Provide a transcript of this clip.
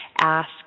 ask